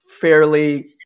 fairly